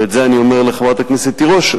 ואת זה אני אומר לחברת הכנסת תירוש,